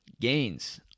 gains